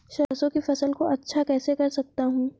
सरसो की फसल को अच्छा कैसे कर सकता हूँ?